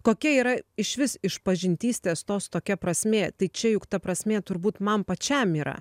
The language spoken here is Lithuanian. kokia yra išvis išpažintystės tos tokia prasmė tai čia juk ta prasmė turbūt man pačiam yra